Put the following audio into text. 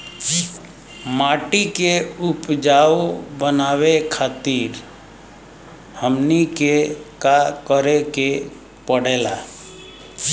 माटी के उपजाऊ बनावे खातिर हमनी के का करें के पढ़ेला?